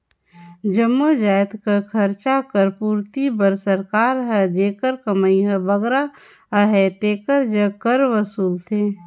जम्मो जाएत कर खरचा कर पूरती बर सरकार हर जेकर कमई हर बगरा अहे तेकर जग कर वसूलथे